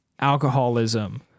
Alcoholism